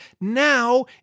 now